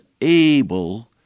able